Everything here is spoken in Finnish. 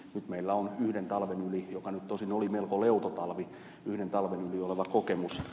nyt meillä on yhden talven yli joka nyt oli tosin melko leuto talvi oleva kokemus